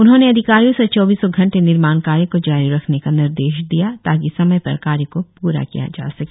उन्होंने अधिकारियों से चौबीसों घंटे निर्माण कार्य को जारी रखने का निर्देश दिया ताकि समय पर कार्य को पूरा किया जा सके